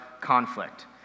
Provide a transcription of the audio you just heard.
conflict